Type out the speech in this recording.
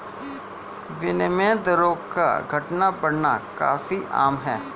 विनिमय दरों का घटना बढ़ना काफी आम है